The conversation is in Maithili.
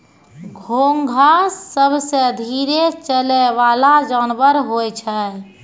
घोंघा सबसें धीरे चलै वला जानवर होय छै